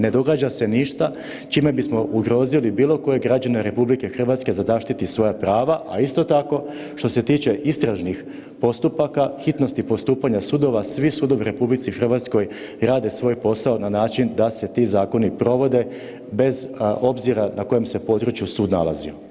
Ne događa se ništa čime bismo ugrozili bilo kojeg građana RH da zaštiti svoja prava, a isto tako što se tiče istražnih postupaka, hitnosti postupanja sudova, svi sudovi u RH rade svoj posao na način da se ti zakoni provode bez obzira na kojem se području sud nalazio.